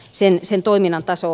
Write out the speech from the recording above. sen sen toiminnan taso